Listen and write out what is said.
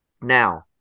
Now